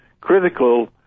critical